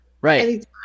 right